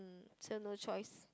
mm so no choice